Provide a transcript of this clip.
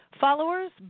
followers